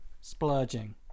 splurging